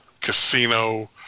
Casino